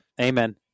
amen